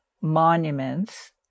monuments